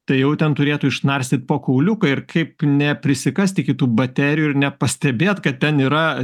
tai jau ten turėtų išnarstyt po kauliuką ir kaip neprisikast iki tų baterijų ir nepastebėt kad ten yra